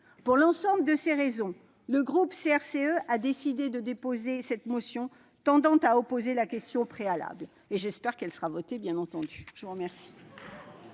Pour l'ensemble de ces raisons, le groupe CRCE a décidé de déposer cette motion tendant à opposer la question préalable. Et j'espère qu'elle sera votée ! Personne ne demande